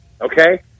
okay